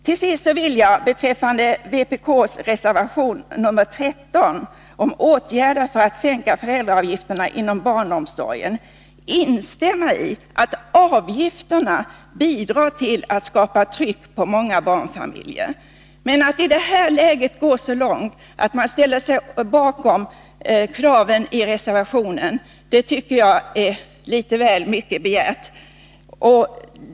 Till sist vill jag beträffande vpk:s reservation nr 13 om åtgärder för att sänka föräldraavgifterna inom barnomsorgen instämma i att avgifterna bidrar till att skapa ett tryck på många barnfamiljer. Men att i det här läget gå så långt att man ställer sig bakom kraven i reservationen — det tycker jag är litet väl mycket begärt.